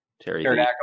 Terry